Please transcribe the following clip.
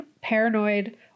paranoid